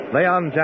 Leon